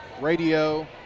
radio